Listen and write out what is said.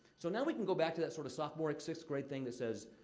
so, now we can go back to that sort of sophomoric sixth grade thing that says,